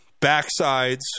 backsides